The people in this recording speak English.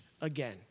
again